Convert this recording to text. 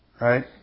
Right